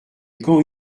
quand